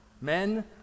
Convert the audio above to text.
Men